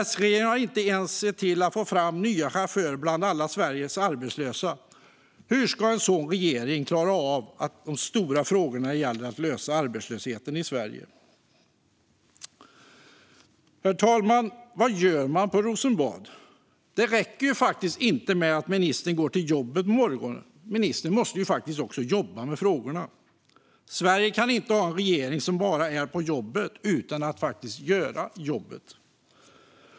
S-regeringen har inte ens sett till att få fram nya chaufförer bland alla Sveriges arbetslösa. Hur ska en sådan regering klara av att lösa den stora frågan om arbetslösheten i Sverige? Herr talman! Vad gör man på Rosenbad? Det räcker inte med att ministern går till jobbet på morgonen, utan ministern måste faktiskt också jobba med frågorna. Sverige kan inte ha en regering som bara är på jobbet utan att faktiskt göra något.